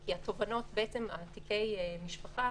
כי תיקי המשפחה